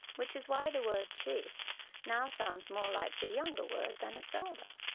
which is why the word chief now sounds more like the younger word than its elder.